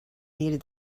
needed